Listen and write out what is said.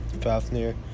Fafnir